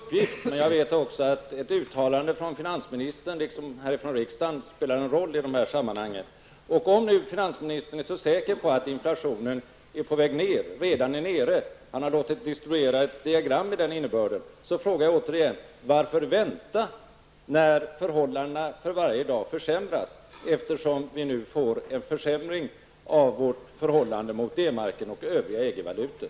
Herr talman! Ja, jag vet naturligtvis att det är riksbankens uppgift, men jag vet också att ett uttalande från finansministern och riksdagen spelar en roll i det här sammanhanget. Om nu finansministern är så säker på att inflationen redan är nere -- han har låtit distribuera ett diagram av den innebörden -- frågar jag återigen: Varför vänta, när förhållandena för varje dag blir ogynnsammare genom den nu pågående försämringen av kronans förhållande till D-marken och övriga EG-valutor?